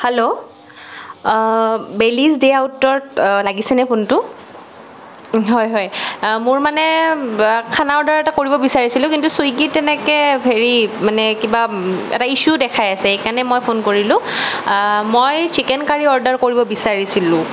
hello বেলিজ day আউটত লাগিছেনে ফোনতো হয় হয় মোৰ মানে খানা অৰ্ডাৰ এটা কৰিব বিছাৰিছিলোঁ কিন্তু ছুইগীত তেনেকৈ হেৰি মানে কিবা এটা ইচ্ছু দেখাই আছে সেইকাৰণে মই ফোন কৰিলোঁ মই চিকেন কাৰী অৰ্ডাৰ কৰিব বিচাৰিছিলোঁ